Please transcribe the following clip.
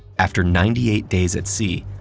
after ninety eight days at sea,